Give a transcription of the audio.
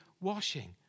washing